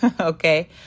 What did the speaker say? okay